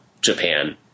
Japan